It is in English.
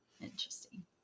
Interesting